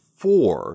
four